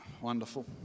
Wonderful